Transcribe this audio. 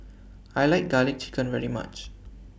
I like Garlic Chicken very much